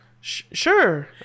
sure